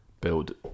build